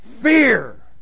fear